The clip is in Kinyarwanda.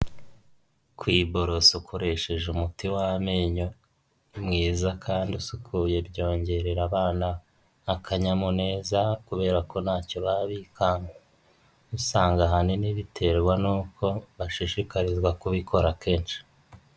Kwiborosa ukoresheje umuti w'amenyo mwiza kandi usukuye byongerera abana akanyamuneza kubera ko ntacyo baba bikanga usanga ahanini biterwa nuko bashishikarizwa kubikora kenshi.